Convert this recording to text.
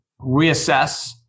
reassess